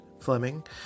Fleming